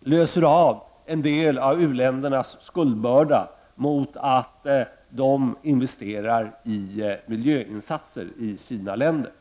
löser av en del av u-ländernas skuldbörda mot att de investerar i miljöinsatser i sina resp. länder.